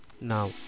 now